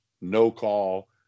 no-call